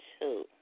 two